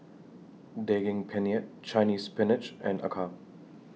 Daging Penyet Chinese Spinach and Acar